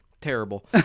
terrible